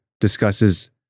discusses